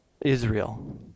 Israel